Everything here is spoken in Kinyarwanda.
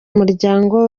umuryango